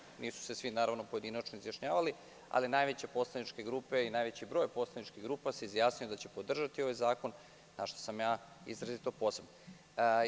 Naravno, nisu se svi pojedinačno izjašnjavali, ali najveće poslaničke grupe i najveći broj poslaničkih grupa se izjasnilo da će podržati ovaj zakon, na šta sam ja izrazito ponosan.